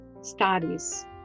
studies